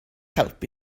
helpu